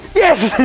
yes!